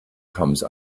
comes